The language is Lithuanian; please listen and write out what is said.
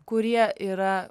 kurie yra